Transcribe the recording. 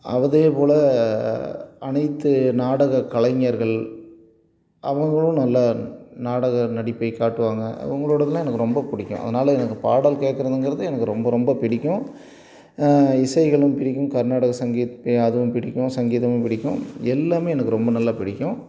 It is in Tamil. அதையே போல் அனைத்து நாடகக் கலைஞர்கள் அவங்களும் நல்லா நாடக நடிப்பை காட்டுவாங்க அவுங்களோடதெல்லாம் எனக்கு ரொம்ப பிடிக்கும் அதனால் எனக்கு பாடல் கேக்கிறதுங்கறது எனக்கு ரொம்ப ரொம்ப பிடிக்கும் இசைகளும் பிடிக்கும் கர்நாடக சங்கீத் அதுவும் பிடிக்கும் சங்கீதமும் பிடிக்கும் எல்லாம் எனக்கு ரொம்ப நல்லா பிடிக்கும்